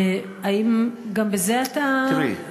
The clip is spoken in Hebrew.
האם גם בזה אתה, תראי,